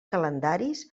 calendaris